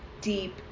deep